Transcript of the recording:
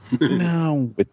No